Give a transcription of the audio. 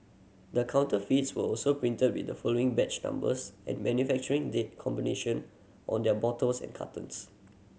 the counterfeits were also printed with the following batch numbers and manufacturing date combination on their bottles and cartons